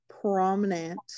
prominent